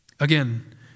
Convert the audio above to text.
Again